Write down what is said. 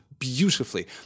Beautifully